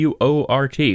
WORT